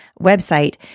website